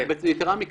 יתרה מכך.